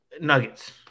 Nuggets